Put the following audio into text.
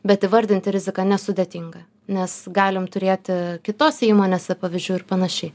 bet įvardinti riziką nesudėtinga nes galim turėti kitose įmonėse pavyzdžių ir panašiai